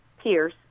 Pierce